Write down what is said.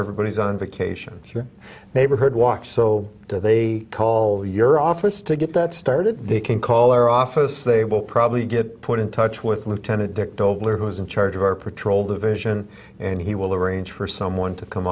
everybody's on vacation or neighborhood watch so they call your office to get that started they can call our office they will probably get put in touch with lieutenant dick dobler who is in charge of our patrol division and he will arrange for someone to come